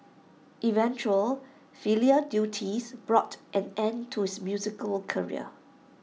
eventual filial duties brought an end to his musical career